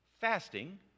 Fasting